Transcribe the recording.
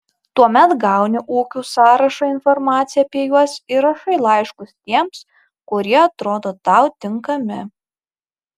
tuomet gauni ūkių sąrašą informaciją apie juos ir rašai laiškus tiems kurie atrodo tau tinkami